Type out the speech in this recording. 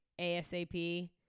ASAP